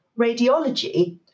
radiology